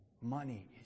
Money